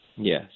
yes